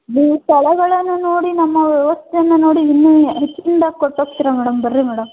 ನೀವು ಸ್ಥಳಗಳನ್ನು ನೋಡಿ ನಮ್ಮ ವ್ಯವಸ್ಥೆಯನ್ನು ನೋಡಿ ಇನ್ನೂ ಹೆಚ್ಚಿನ್ದಾಗಿ ಕೊಟ್ಟು ಹೋಗ್ತಿರ ಮೇಡಮ್ ಬನ್ರಿ ಮೇಡಮ್